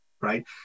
right